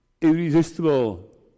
irresistible